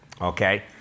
okay